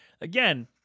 again